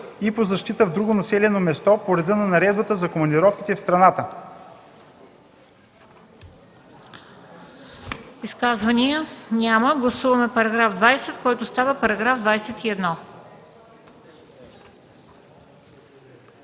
и по защита в друго населено място по реда на Наредбата за командировките в страната.”